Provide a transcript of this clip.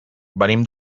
venim